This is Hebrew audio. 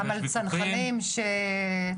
גם על צנחנים שצונחים.